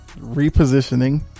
repositioning